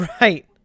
Right